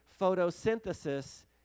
photosynthesis